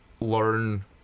learn